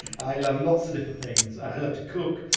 i love lots of different things, i love to cook,